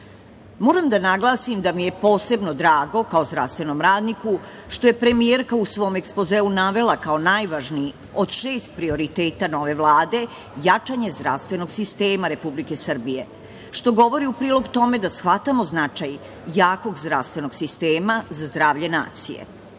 da naglasim da mi je posebno drago, kao zdravstvenom radniku, što je premijerka u svom ekspozeu navela kao najvažniji od šest prioriteta nove Vlade jačanje zdravstvenog sistema Republike Srbije što govori u prilog tome da shvatamo značaj jakog zdravstvenog sistema za zdravlje